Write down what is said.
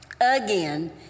Again